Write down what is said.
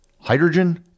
hydrogen